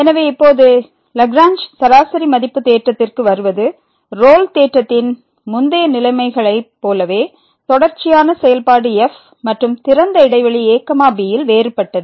எனவே இப்போது லாக்ரேஞ்ச் சராசரி மதிப்பு தேற்றத்திற்கு வருவது ரோல் தேற்றத்தின் முந்தைய நிலைமைகளைப் போலவே தொடர்ச்சியான செயல்பாடு f மற்றும் திறந்த இடைவெளி a bயில் வேறுபட்டது